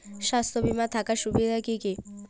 স্বাস্থ্য বিমা থাকার সুবিধা কী কী?